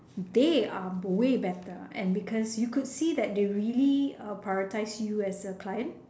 they are way better and because you could see that they really uh prioritise you as a client